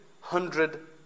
hundred